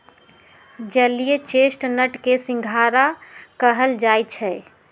जलीय चेस्टनट के सिंघारा कहल जाई छई